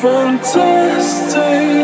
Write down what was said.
Fantastic